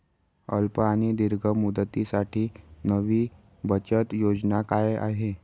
अल्प आणि दीर्घ मुदतीसाठी नवी बचत योजना काय आहे?